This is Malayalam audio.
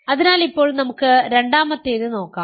അതിനാൽ ഇപ്പോൾ നമുക്ക് രണ്ടാമത്തേത് നോക്കാം